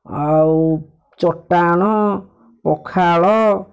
ଆଉ ଚଟାଣ ପଖାଳ